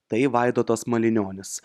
tai vaidotas malinionis